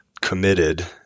committed